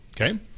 Okay